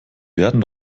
werden